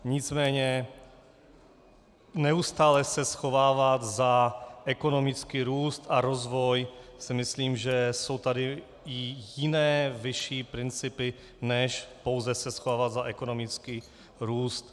Nicméně neustále se schovávat za ekonomický růst a rozvoj myslím si, že jsou tady i jiné, vyšší principy, než se pouze schovávat za ekonomický růst.